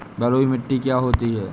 बलुइ मिट्टी क्या होती हैं?